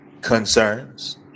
Concerns